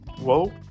Whoa